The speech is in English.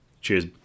Cheers